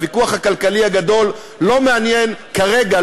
הוויכוח הכלכלי הגדול לא מעניין כרגע,